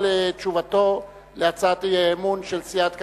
על תשובתו על הצעת האי-אמון של סיעת קדימה,